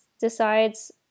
decides